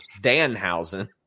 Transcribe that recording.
Danhausen